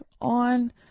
on